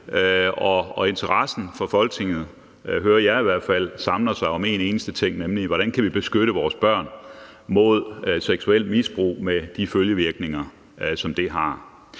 hvert fald hører det, samler sig om en eneste ting, nemlig hvordan vi kan beskytte vores børn mod seksuelt misbrug med de følgevirkninger, som det har.